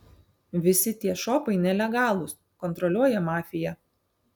visi tie šopai nelegalūs kontroliuoja mafija